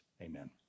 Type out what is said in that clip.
Amen